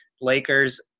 Lakers